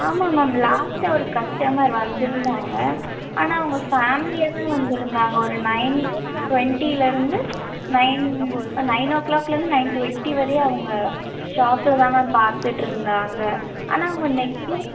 ஆமாம் மேம் லாஸ்ட்டாக ஒரு கஸ்டமர் வந்துருந்தாங்க ஆனால் அவங்க ஃபேமிலியாகதான் வந்துருந்தாங்க ஒரு நைன் ட்வெண்ட்டிலேருந்து நைன் நைன் ஓ க்ளாக்லேருந்து நைன் ட்வெண்ட்டி வரையும் அவங்க ஷாப்பில் தான் மேம் பார்த்துட்ருந்தாங்க ஆனால் அவங்க நெக்லஸ்